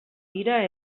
dira